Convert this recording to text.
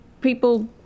people